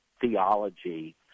theology